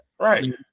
Right